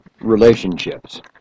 relationships